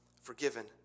forgiven